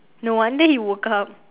no wonder he woke up